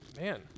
man